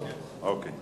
כן.